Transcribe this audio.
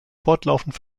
fortlaufend